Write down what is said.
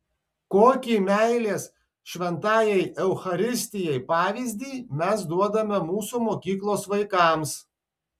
kokį meilės šventajai eucharistijai pavyzdį mes duodame mūsų mokyklos vaikams